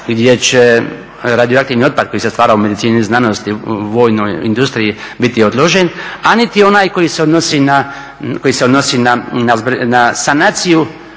gdje će radioaktivni otpad koji se stvara u medicini i znanosti, vojnoj industriji biti odložen, a niti onaj koji se odnosi na sanaciju